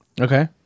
Okay